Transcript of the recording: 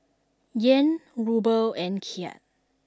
Yen Ruble and Kyat